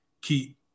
keep